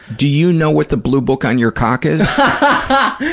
do you know what the blue book on your cock is? but